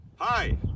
Hi